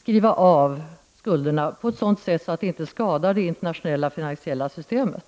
skriva av skulderna på ett sådant sätt att det inte skadar det internationella finansiella systemet.